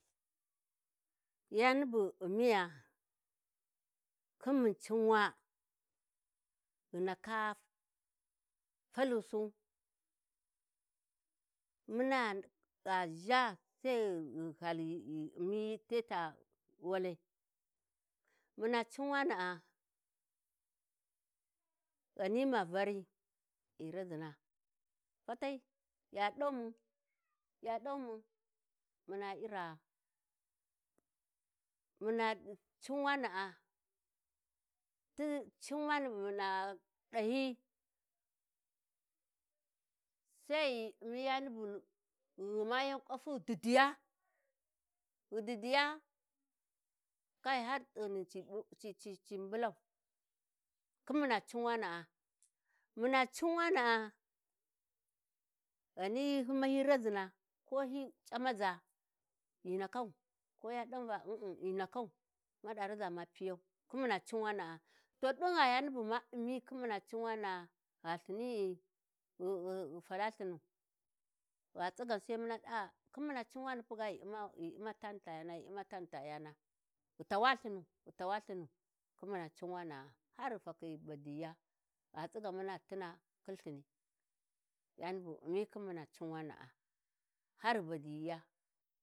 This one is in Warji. ﻿Yani bu ghi u'miya khin mun cinwa, ghi ndaka-falusu-muna gha zha sai ghi hali ghi ghu u'mi te ta walai. Muna cinwana'a ghani ma vari ghi razina, fatai ya daumun, ya daumun muna iraa, muna cinwana'a, ti cinwani bu muna ɗahyi, sai ghi ghi um'i yani bu ghu ghumayan ƙwafu ghi didiya, ghi didiya kai har t'ighunan ci ɓu ci mbulau, khin muna cinwana'a, muna cin wanaa ghani hyi ma hyi razina, ko hyi c'amaza ghi ndaka ko ya dan va um-um ghi ndakau ma ɗa raza ma piyau khin muna Cin-Wana'a, to ɗin gha yani bu ma u'mi khin muna cinwana’a gha lthini'i ghu fala lthinu. Gha tsigan sai muna ɗa, khin muna cinwani puga ghi u'ma ta ni ta yana, ghi u'ma tani ta yana, ghi tawa lthinu ghi tawa lthinu khin muna cinwana'a, har ghi fakhi ghi badiyiya ya tsigan muna tina khin lthini yani bu ghi u'mi Khin muna cunwana'a har ghi badiyiya.